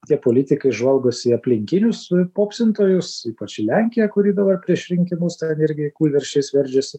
tie politikai žvalgosi į aplinkinius popsintojus ypač į lenkiją kuri dabar prieš rinkimus ten irgi kūlversčiais veržiasi